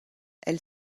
elle